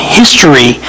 history